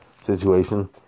situation